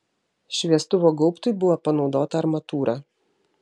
šviestuvo gaubtui buvo panaudota armatūra